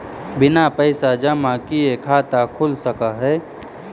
बिना पैसा जमा किए खाता खुल सक है?